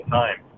time